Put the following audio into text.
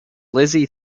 lizzie